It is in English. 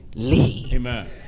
Amen